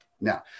Now